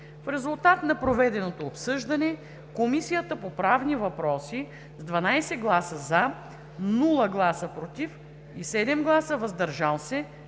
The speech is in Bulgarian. В резултат на проведеното обсъждане Комисията по правни въпроси с 12 гласа „за“, без „против“ и 7 гласа „въздържал се“